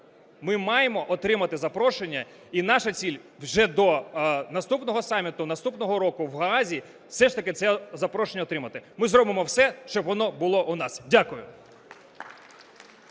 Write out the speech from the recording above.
Ми маємо отримати запрошення, і наша ціль вже до наступного саміту наступного року в Гаазі все ж таки це запрошення отримати. Ми зробимо все, щоб воно було у нас. Дякую.